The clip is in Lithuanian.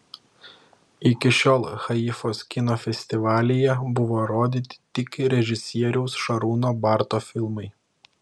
iki šiol haifos kino festivalyje buvo rodyti tik režisieriaus šarūno barto filmai